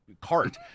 cart